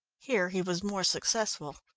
here he was more successful.